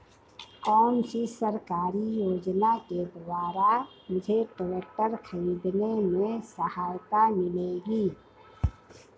कौनसी सरकारी योजना के द्वारा मुझे ट्रैक्टर खरीदने में सहायता मिलेगी?